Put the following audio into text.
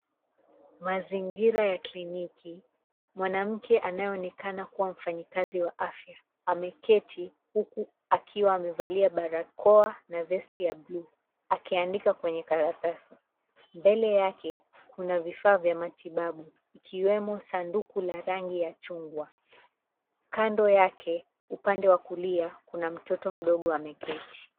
Mazingira ya kliniki, mwanamke anayeonekana kuwa mfanyikazi wa afya ameketi huku akiwa amevalia barakoa na vesti ya blue , akiandika kwenye karatasi. Mbele yake kuna vifaa vya matibabu, ikiwemo sanduku la rangi ya chungwa. Kando yake, upande wa kulia, kuna mtoto mdogo ameketi.